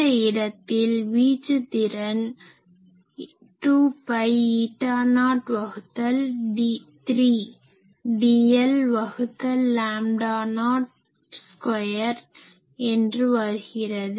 இந்த இடத்தில் வீச்சு திறன் 2 பை ஈட்டா நாட் வகுத்தல் 3 dl வகுத்தல் லாம்டா நாட் ஸ்கொயர் என்று வருகிறது